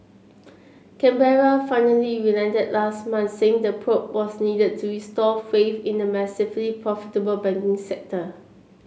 Canberra finally relented last month saying the probe was needed to restore faith in the massively profitable banking sector